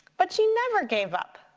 but she never gave up,